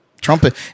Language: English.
trumpet